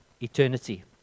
Eternity